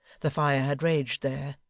the fire had raged there,